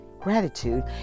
gratitude